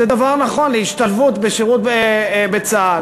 זה דבר נכון להשתלבות בשירות בצה"ל.